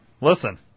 listen